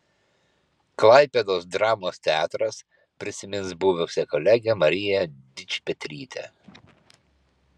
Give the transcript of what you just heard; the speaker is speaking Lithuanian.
klaipėdos dramos teatras prisimins buvusią kolegę mariją dičpetrytę